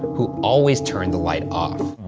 who always turned the light off.